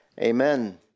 Amen